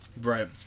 right